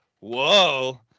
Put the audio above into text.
Whoa